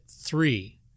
three